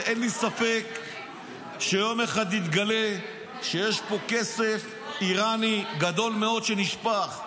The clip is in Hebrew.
ואין לי ספק שיום אחד יתגלה שיש פה כסף איראני גדול מאוד שנשפך.